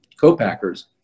co-packers